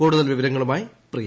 കൂടുതൽ വിവരങ്ങളുമായി പ്രിയ